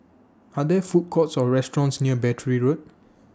Are There Food Courts Or restaurants near Battery Road